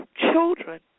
children